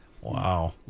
Wow